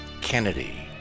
Kennedy